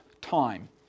time